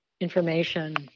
information